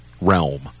realm